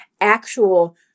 actual